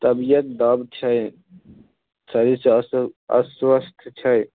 तबिअत दब छै शरीरसँ अस्व अस्वस्थ छै